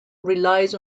relies